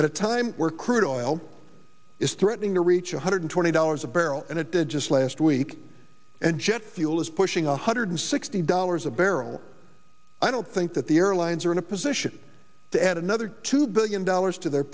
at a time where crude oil is threatening to reach one hundred twenty dollars a barrel and it did just last week and jet fuel is pushing one hundred sixty dollars a barrel i don't think that the airlines are in a position to add another two billion dollars to their